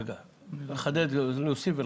אני מוסיף ומחדד.